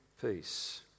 peace